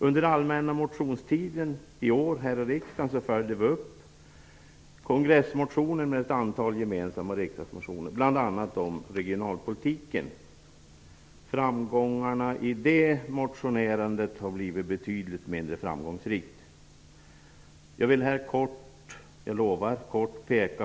Under allmänna motionstiden i år följde vi upp kongressmotionen med ett antal gemensamma riksdagsmotioner, bl.a. om regionalpolitiken. Det motionerandet har blivit betydligt mindre framgångsrikt. Jag vill här kort peka på två områden.